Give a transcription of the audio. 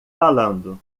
falando